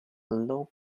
low